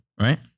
Right